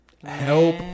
help